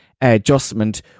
adjustment